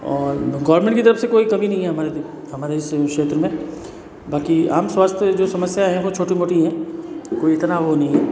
और गोवर्मेंट की तरफ से कोई कमी नहीं है हमारे हमारे इस क्षेत्र में बाकी आम स्वास्थ्य जो समस्याएँ है वो छोटी मोटी है कोई इतना वह नहीं है